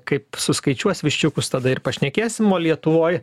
kaip suskaičiuos viščiukus tada ir pašnekėsim o lietuvoj